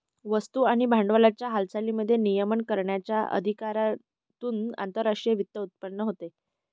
वस्तू आणि भांडवलाच्या हालचालींचे नियमन करण्याच्या अधिकारातून आंतरराष्ट्रीय वित्त उत्पन्न होते